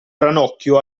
ranocchio